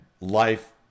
life